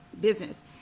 business